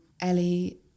Ellie